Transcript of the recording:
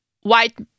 white